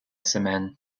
semaine